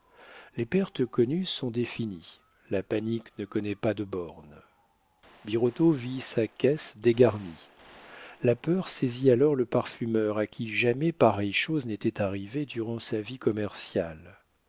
les pertes connues sont définies la panique ne connaît pas de bornes birotteau vit sa caisse dégarnie la peur saisit alors le parfumeur à qui jamais pareille chose n'était arrivée durant sa vie commerciale